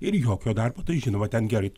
ir jokio darbo tai žinoma ten gerai